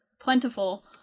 plentiful